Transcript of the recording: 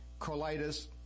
colitis